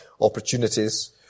opportunities